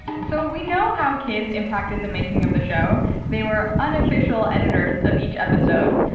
so we know how kids impacted the making of the show they were unofficial editors of each episode.